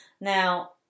Now